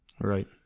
Right